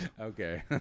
Okay